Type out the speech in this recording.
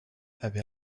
avait